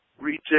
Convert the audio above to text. retail